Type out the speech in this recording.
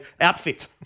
outfit